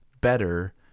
better